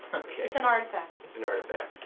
okay. it's an artifact. it's an artifact.